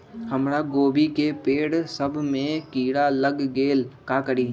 हमरा गोभी के पेड़ सब में किरा लग गेल का करी?